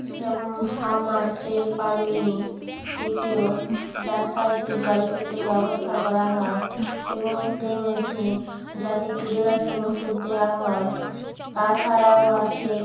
same submersible বা mini deep tubewell যার সাহায্যে জলসেচের ব্যবস্তা করা হয় এবং স্প্রে মেশিন যাতে কীটনাশক ওষুধ দেওয়া হয় তাছাড়াও আছে